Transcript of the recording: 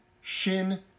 shin